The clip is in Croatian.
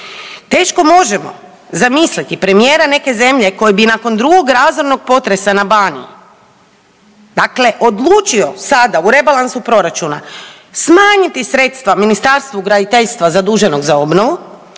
Teško možemo zamisliti premijera neke zemlje koji bi nakon drugog razornog potresa na Baniji, dakle odlučio sada u rebalansu proračuna smanjiti sredstva Ministarstvu graditeljstva zaduženog za obnovu,